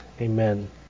Amen